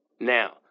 Now